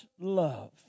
love